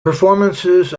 performances